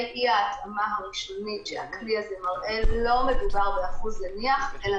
אי-ההתאמה הראשונית שהכלי הזה מראה לא מדובר באחוז זניח אלא